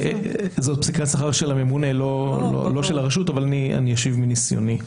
זאת פסיקת השכר של הממונה ולא של הרשות אבל אני אשיב מניסיוני.